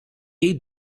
jej